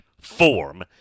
form